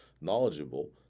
knowledgeable